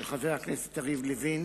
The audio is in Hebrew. של חבר הכנסת יריב לוין,